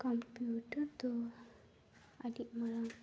computer ᱫᱚ ᱟᱹᱰᱤ ᱢᱟᱨᱟᱝ